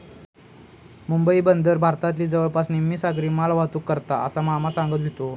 मुंबई बंदर भारतातली जवळपास निम्मी सागरी मालवाहतूक करता, असा मामा सांगत व्हतो